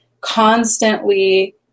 constantly